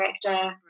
director